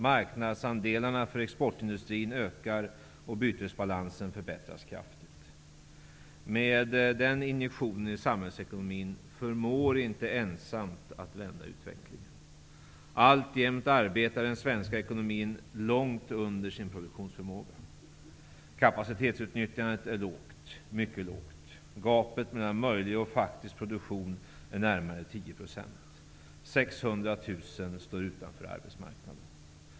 Marknadsandelarna för exportindustrin ökar och bytesbalansen förbättras kraftigt. Men enbart denna injektion i samhällsekonomin förmår inte att vända utvecklingen. Alltjämt arbetar den svenska ekonomin långt under sin produktionsförmåga. Kapacitetsutnyttjandet är mycket lågt. Gapet mellan möjlig och faktisk produktion är närmare 10 %. Så många som 600 000 människor står utanför arbetsmarknaden.